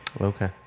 Okay